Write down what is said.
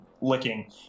licking